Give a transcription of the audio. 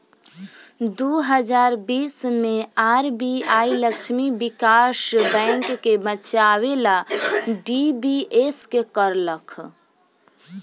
दू हज़ार बीस मे आर.बी.आई लक्ष्मी विकास बैंक के बचावे ला डी.बी.एस.के करलख